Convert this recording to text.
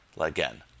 again